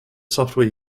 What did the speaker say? software